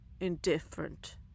indifferent